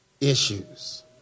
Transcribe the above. issues